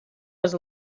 was